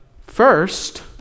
first